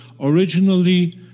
originally